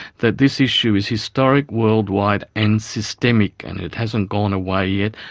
that this issue is historic, worldwide and systemic, and it hasn't gone away yet,